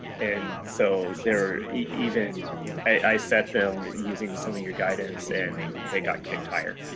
and so they're even i set them using some of your guidance and they got kicked higher.